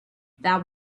that